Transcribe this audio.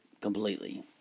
completely